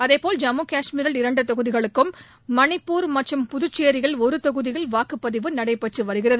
அதேபோல ஜம்மு கஷ்மீரில் இரண்டுதொகுதிகளுக்கும் மணிப்பூர் மற்றும் புதுச்சேரியில் ஒருதொகுதியில் வாக்குபதிவு நடைபெற்றுவருகிறது